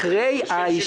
לשם שינוי,